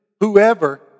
whoever